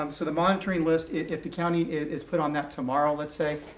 um so the monitoring list, if the county is put on that tomorrow, let's say,